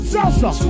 Salsa